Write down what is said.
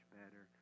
better